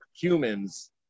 humans